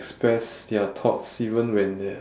express their thoughts even when they're